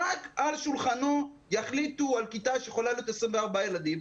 רק על שולחנו יחליטו על כיתה שיכולה להיות עם 24 ילדים,